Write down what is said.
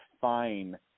fine